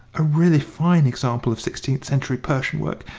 a really fine example of sixteenth-century persian work,